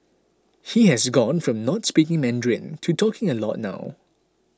he has gone from not speaking Mandarin to talking a lot now